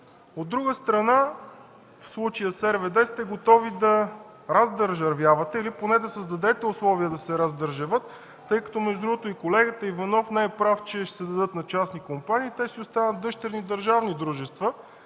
от друга страна – в случая с РВД, сте готови да раздържавявате, или поне да създадете условия да се раздържавят. Между другото, колегата Иванов не е прав, че ще се дадат на частни компании. Те си остават дъщерни държавни дружества.